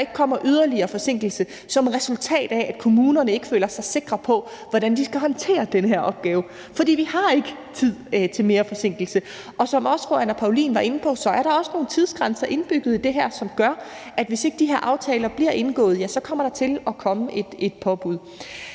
ikke kommer yderligere forsinkelse som resultat af, at kommunerne ikke føler sig sikre på, hvordan de skal håndtere den her opgave. For vi har ikke tid til mere forsinkelse. Som også, tror jeg, fru Anne Paulin var inde på, er der også nogle tidsgrænser indbygget i det her, som gør, at hvis ikke de her aftaler bliver indgået, ja, så kommer der til at komme et påbud.